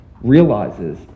realizes